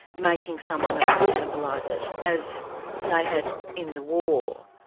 making someone else cannibalise it as they had in the war.